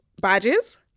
badges